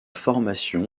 formation